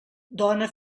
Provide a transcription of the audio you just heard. dona